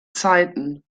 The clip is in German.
zeiten